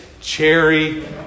cherry